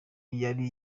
yari